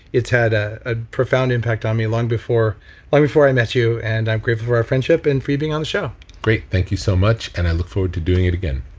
it's had a profound impact on me long before i before i met you and i'm grateful for our friendship and for you being on the show great. thank you so much, and i look forward to doing it again